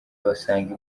basanga